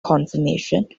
confirmation